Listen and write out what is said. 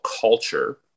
culture